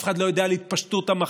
אף אחד לא יודע על התפשטות המחלה.